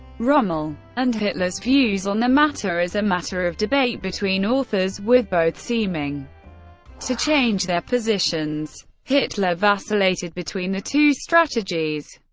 rommel and hitler's views on the matter is a matter of debate between authors, with both seeming to change their positions. hitler vacillated between the two strategies.